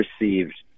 received